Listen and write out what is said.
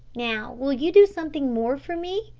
now will you do something more for me?